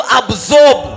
absorb